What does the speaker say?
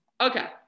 Okay